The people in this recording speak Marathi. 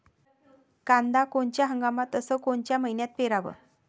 कांद्या कोनच्या हंगामात अस कोनच्या मईन्यात पेरावं?